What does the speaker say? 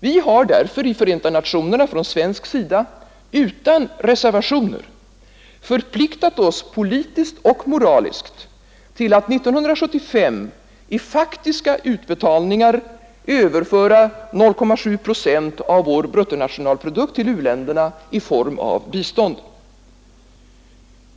Vi har därför i Förenta nationerna från svensk sida utan reservationer förpliktat oss politiskt och moraliskt till att 1975 i faktiska utbetalningar överföra 0,7 procent av vår bruttonationalprodukt till u-länderna i form av bistånd.